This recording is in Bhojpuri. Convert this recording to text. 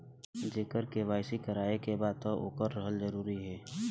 जेकर के.वाइ.सी करवाएं के बा तब ओकर रहल जरूरी हे?